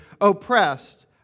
oppressed